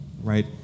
Right